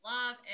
Love